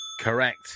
Correct